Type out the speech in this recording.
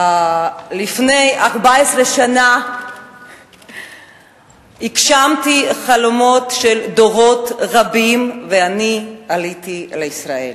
לפני 14 שנה הגשמתי חלומות של דורות רבים ועליתי לישראל.